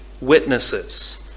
witnesses